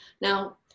Now